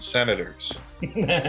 Senators